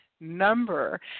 Number